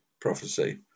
prophecy